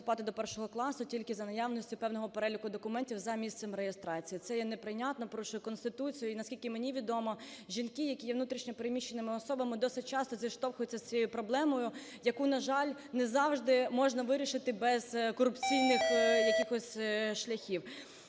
до 1-го класу тільки за наявності певного переліку документів за місцем реєстрації. Це є неприйнятним, порушує Конституцію. І наскільки мені відомо, жінки які є внутрішньо переміщеними особами, досить часто зіштовхуються з цією проблемою, яку, на жаль, не завжди можна вирішити без корупційних якихось